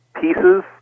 pieces